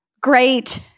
Great